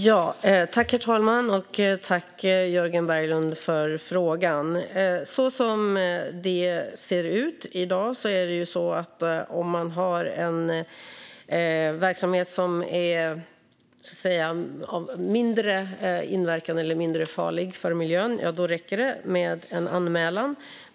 Herr talman! Jag tackar Jörgen Berglund för frågan. I dag ser det ut så här: Om man har en verksamhet som har mindre inverkan eller är mindre farlig för miljön räcker det med en anmälan.